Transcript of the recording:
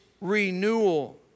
renewal